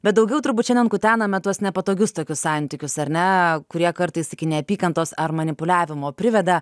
bet daugiau turbūt šiandien kutename tuos nepatogius tokius santykius ar ne kurie kartais iki neapykantos ar manipuliavimo priveda